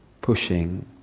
pushing